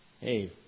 Hey